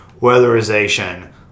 weatherization